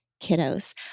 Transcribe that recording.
kiddos